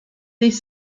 des